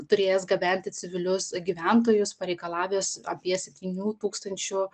turėjęs gabenti civilius gyventojus pareikalavęs apie septynių tūkstančių